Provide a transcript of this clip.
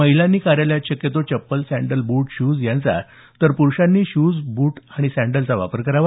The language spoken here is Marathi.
महिलांनी कार्यालयात शक्यतो चप्पल सॅन्डल बूट शूज यांचा तर पुरुषांनीही बूट शूज सॅन्डलचा वापर करावा